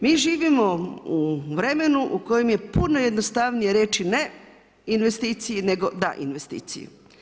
Mi živimo u vremenu u kojem je puno jednostavnije reći ne investiciji nego da investiciji.